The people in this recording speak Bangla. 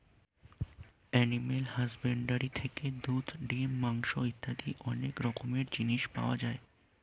অ্যানিমাল হাসব্যান্ডরি থেকে দুধ, ডিম, মাংস ইত্যাদি অনেক রকমের জিনিস পাওয়া যায়